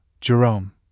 Jerome